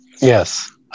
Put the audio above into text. Yes